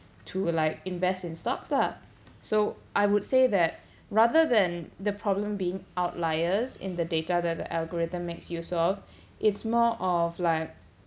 to like invest in stocks lah so I would say that rather than the problem being outliers in the data that the algorithm makes use of it's more of like